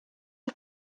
auf